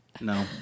No